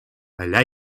allà